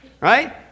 right